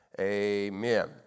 amen